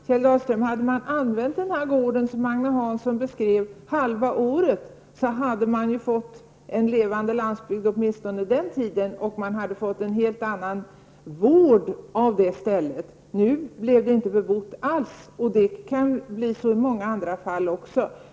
Herr talman! Om man hade använt den gård som Agne Hansson beskrev halva året, hade man fått en levande landsbygd åtminstone under den tiden, och man hade fått en helt annan vård av det stället. Nu blev det inte bebott alls, och det kan bli så även i många andra fall.